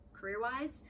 career-wise